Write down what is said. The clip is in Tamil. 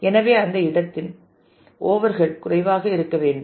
எனவே அந்த இடத்தின் ஓவர்ஹெட் குறைவாக இருக்க வேண்டும்